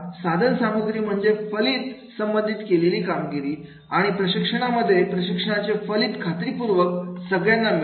साधन सामग्री म्हणजे फलित संबंधित केलेली कामगिरी आणि प्रशिक्षणामध्ये प्रशिक्षणाचे फलित खात्रीपूर्वक सगळ्यांना मिळेल का